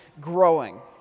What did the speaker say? growing